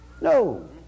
no